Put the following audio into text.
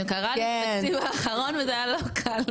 זה קרה לי בתקציב האחרון וזה היה לי לא קל.